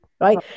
right